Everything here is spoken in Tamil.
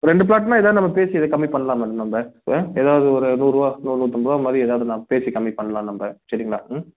ரெண்டு ப்ளாட்னா எதாவது நம்ம பேசி இது கம்மி பண்ணலாம் மேடம் நம்ம ஆ எதாவது ஒரு நூறுருபா நூறு நூத்தம்பதுருபா மாதிரி எதாவது நாம பேசி கம்மி பண்ணலாம் நம்ம சரிங்களா ம்